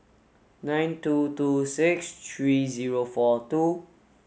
nine two two six three zero four two